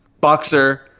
boxer